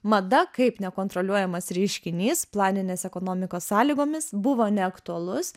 mada kaip nekontroliuojamas reiškinys planinės ekonomikos sąlygomis buvo neaktualus